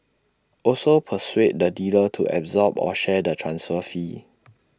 also persuade the dealer to absorb or share the transfer fee